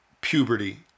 puberty